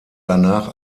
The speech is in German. danach